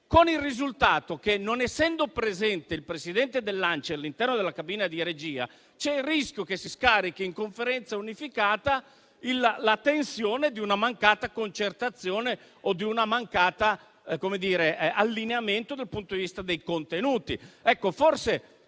con il risultato che non essendo presente il Presidente dell'ANCI all'interno della cabina di regia, c'è il rischio che si scarichi in Conferenza unificata la tensione di una mancata concertazione o di un mancato allineamento dal punto di vista dei contenuti.